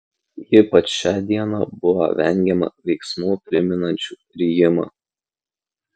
ypač šią dieną buvo vengiama veiksmų primenančių rijimą